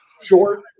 short